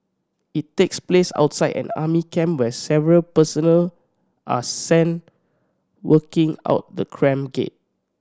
it takes place outside an army camp where several personnel are seen walking out the camp gate